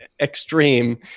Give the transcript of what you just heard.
extreme